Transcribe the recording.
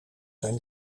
zijn